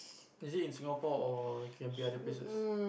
is it in Singapore or can be other places